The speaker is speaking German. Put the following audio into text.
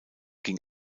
ging